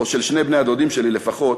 או של שני בני-הדודים שלי לפחות,